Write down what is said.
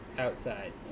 Outside